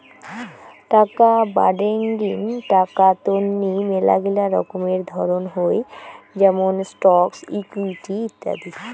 টাকা বাডেঙ্নি টাকা তন্নি মেলাগিলা রকমের ধরণ হই যেমন স্টকস, ইকুইটি ইত্যাদি